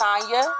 Tanya